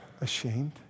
ashamed